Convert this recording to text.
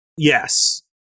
Yes